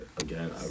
Again